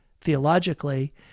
theologically